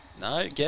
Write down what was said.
No